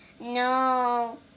No